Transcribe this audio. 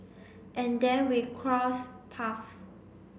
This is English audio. and then we cross paths